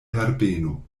herbeno